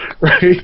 Right